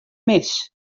mis